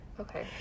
Okay